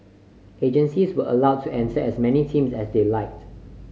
agencies were allowed to enter as many teams as they liked